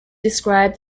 describe